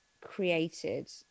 created